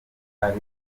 ari